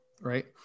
Right